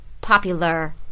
popular